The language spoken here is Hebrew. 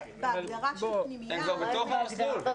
בהגדרה של פנימייה --- הם כבר בתוך המסלול.